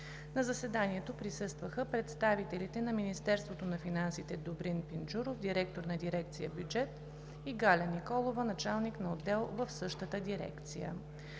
На заседанието присъстваха представителите на Министерството на финансите Добрин Пинджуров – директор на дирекция „Бюджет“, и Галя Николова – началник на отдел в същата дирекция.